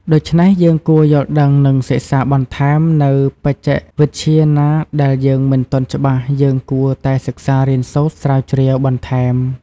ដូច្នេះយើងគួរយលដឺងនិងសិក្សាបន្ថែមនៅបច្ចេកវិទ្យាណាដែលយើងមិនទាន់ច្បាស់យើងគួរតែសិក្សារៀនសូត្រស្រាវជ្រាវបន្ថែម។